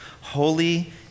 holy